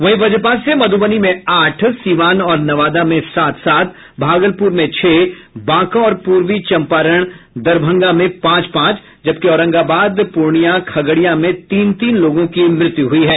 वहीं वज्रपात से मधुबनी में आठ सीवान और नवादा में सात सात भागलपुर में छह बांका पूर्वी चंपारण और दरभंगा में पांच पांच जबकि औरंगाबाद पूर्णिया खगड़िया में तीन तीन लोगों की मृत्यु हुई है